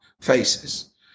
faces